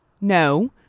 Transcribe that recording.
no